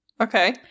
Okay